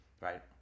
Right